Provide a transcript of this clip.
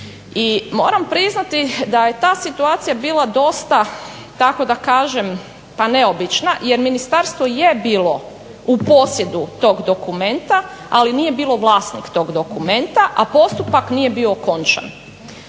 I moram priznati da je ta situacija bila dosta tako da kažem neobična jer ministarstvo je bilo u posjedu tog dokumenta, ali nije bilo vlasnik tog dokumenta, a postupak nije bio okončan.